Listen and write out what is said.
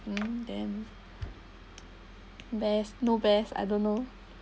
mm then best no best I don't know